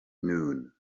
noon